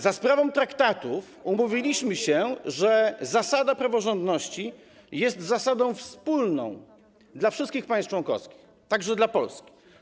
Za sprawą traktatów umówiliśmy się, że zasada praworządności jest zasadą wspólną dla wszystkich państw członkowskich, także dla Polski.